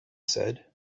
said